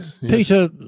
Peter